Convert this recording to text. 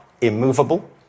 immovable